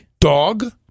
Dog